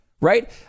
right